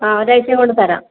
അഹ് ഒരാഴ്ച കൊണ്ട് തരാം